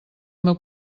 meu